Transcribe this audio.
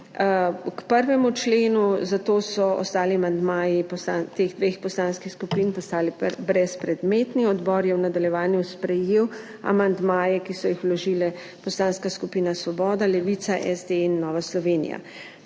k 1. členu, zato so ostali amandmaji teh dveh poslanskih skupin postali brezpredmetni. Odbor je v nadaljevanju sprejel amandmaje, ki so jih vložile Poslanska skupina Svoboda, Levica, SD in Nova Slovenija.